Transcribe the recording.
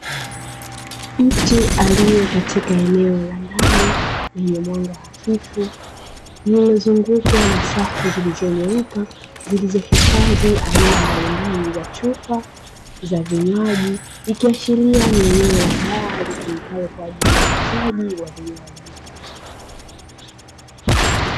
Mtu aliyekuwa katika eneo la ndani, lenye mwanga hafifu, lilizozungukwa na safu zilizonyooka, zilizohifadhi aina mbalimbali za chupa za vinywaji ikiashilia kuwa ni eneo la baa litumikalo kwa ajili ya uuzaji wa vinywaji.